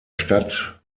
stadt